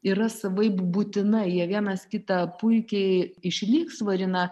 yra savaip būtina jie vienas kitą puikiai išlygsvarina